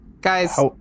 Guys